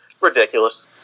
ridiculous